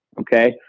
Okay